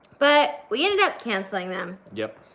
but we ended up canceling them. yep.